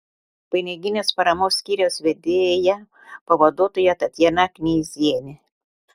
piniginės paramos skyriaus vedėjo pavaduotoja tatjana knyzienė